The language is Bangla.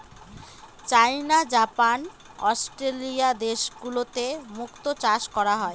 চাইনা, জাপান, অস্ট্রেলিয়া দেশগুলোতে মুক্তো চাষ করা হয়